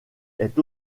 est